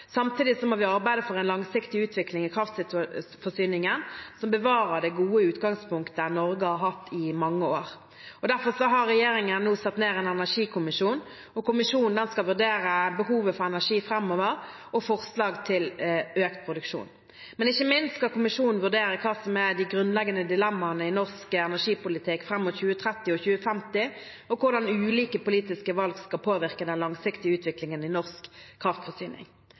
Samtidig må vi arbeide for en langsiktig utvikling i kraftforsyningen som bevarer det gode utgangspunktet Norge har hatt i mange år. Derfor har regjeringen nå satt ned en energikommisjon. Kommisjonen skal vurdere behovet for energi framover og forslag til økt produksjon. Ikke minst skal kommisjonen vurdere hva som er de grunnleggende dilemmaene i norsk energipolitikk fram mot 2030 og 2050, og hvordan ulike politiske valg kan påvirke den langsiktige utviklingen i norsk kraftforsyning.